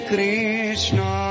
Krishna